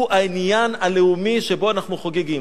הוא העניין הלאומי שבו אנחנו חוגגים.